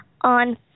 On